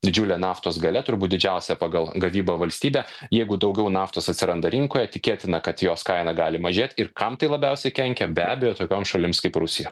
didžiulė naftos galia turbūt didžiausia pagal gavybą valstybė jeigu daugiau naftos atsiranda rinkoje tikėtina kad jos kaina gali mažėt ir kam tai labiausiai kenkia be abejo tokioms šalims kaip rusija